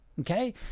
okay